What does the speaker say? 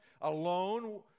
Alone